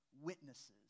witnesses